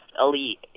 elite